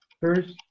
first